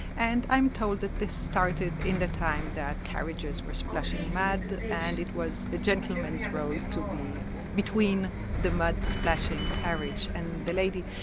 and i'm told that this started in the time that carriages were splashing mud and it was the gentleman's role to be between the mud splashing carriage and the lady.